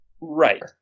Right